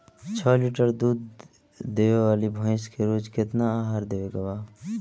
छह लीटर दूध देवे वाली भैंस के रोज केतना आहार देवे के बा?